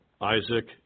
Isaac